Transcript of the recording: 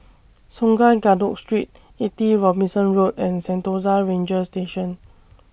Sungei Kadut Street eighty Robinson Road and Sentosa Ranger Station